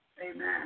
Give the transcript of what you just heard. Amen